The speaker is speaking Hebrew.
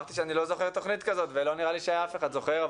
אמרתי שאני לא זוכר תוכנית כזאת ולא נראה לי שאף אחד זוכר,